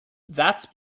that’s